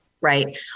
right